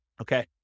Okay